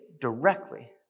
directly